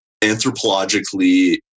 anthropologically